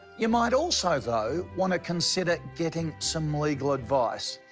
you might also, though, want to consider getting some legal advice.